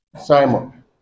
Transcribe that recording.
Simon